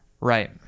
right